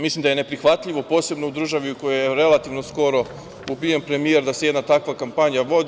Mislim da je neprihvatljivo, posebno u državi u kojoj je relativno skoro ubijen premijer, da se jedna takva kampanja vodi.